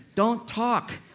don't talk.